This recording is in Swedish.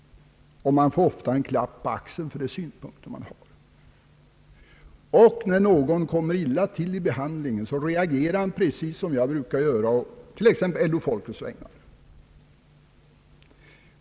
Man får ofta en klapp på axeln för de synpunkter man har. Och när någon kommer illa till, reagerar han precis som jag brukar göra, t.ex. å LO-folkets vägnar.